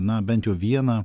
na bent jau vieną